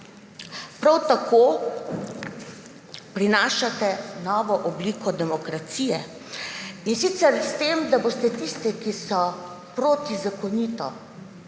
Prav tako prinašate novo obliko demokracije, in sicer s tem, da boste tiste, ki so protizakonito